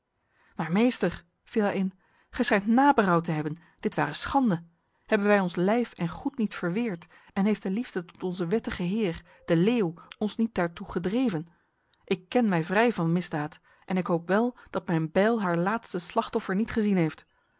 maar meester viel hij in gij schijnt naberouw te hebben dit ware schande hebben wij ons lijf en goed niet verweerd en heeft de liefde tot onze wettige heer de leeuw ons niet daartoe gedreven ik ken mij vrij van misdaad en ik hoop wel dat mijn bijl haar laatste slachtoffer niet gezien heeft